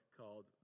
called